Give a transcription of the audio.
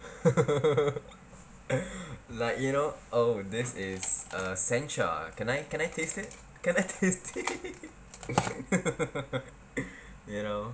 like you know oh this is err censure can I can I can I taste it can I taste it you know